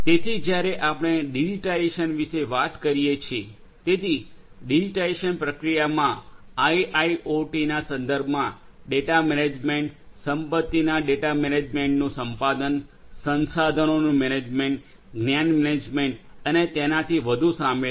તેથી જ્યારે આપણે ડિજિટાઇઝેશન વિશે વાત કરીએ છીએ તેથી ડિજિટાઇઝેશન પ્રક્રિયામાં આઇઆઇઓટીના સંદર્ભમાં ડેટા મેનેજમેન્ટ સંપત્તિના ડેટા મેનેજમેન્ટનું સંપાદન સંસાધનોનું મેનેજમેન્ટ જ્ઞાન મેનેજમેન્ટ અને તેનાથી વધુ શામેલ છે